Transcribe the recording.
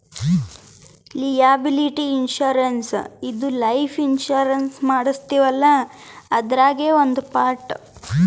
liability insurance ಇದು life insurance ಮಾಡಸ್ತೀವಲ್ಲ ಅದ್ರಾಗೇ ಒಂದ್ ಪಾರ್ಟ್